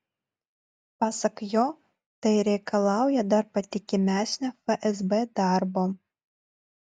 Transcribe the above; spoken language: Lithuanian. pasak jo tai reikalauja dar patikimesnio fsb darbo